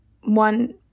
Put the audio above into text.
one